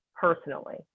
personally